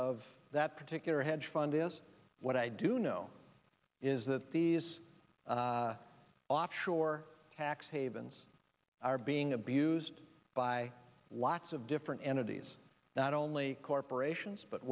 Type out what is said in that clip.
of that particular hedge fund is what i do know is that these offshore tax havens are being abused by lots of different entities not only corporations but